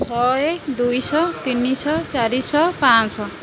ଛଅ ଏକ ଦୁଇଶହ ତିନିଶହ ଚାରିଶହ ପାଞ୍ଚ ଶହ